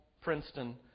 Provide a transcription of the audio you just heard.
Princeton